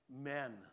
men